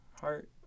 heart